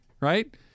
right